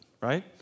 right